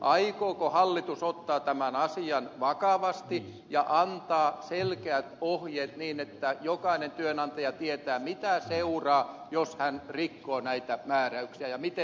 aikooko hallitus ottaa tämän asian vakavasti ja antaa selkeät ohjeet niin että jokainen työnantaja tietää mitä seuraa jos hän rikkoo näitä määräyksiä ja miten hänen tulee toimia